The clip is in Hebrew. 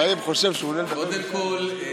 קודם כול,